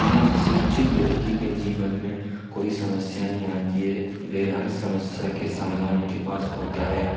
हाँ शिक्षित व्यक्ति के जीवन में कोई समस्या नहीं आती है वे हर समस्या के समाधान उनके पास होता है